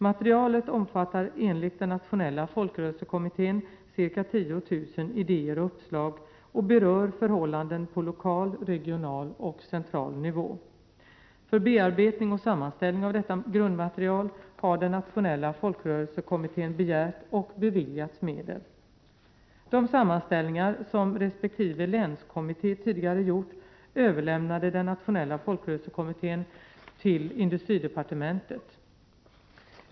Materialet omfattar enligt Nationella Folkrörelsekommittén ca 10 000 ideér och uppslag och berör förhållanden på lokal, regional och central nivå. För bearbetning och sammanställning av detta grundmaterial har Nationella Folkrörelsekommittén begärt och beviljats medel. De sammanställningar som resp. länskommitté tidigare gjort överlämnade Nationella Folkrörelsekommittén till industridepartementet.